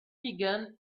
began